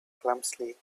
clumsily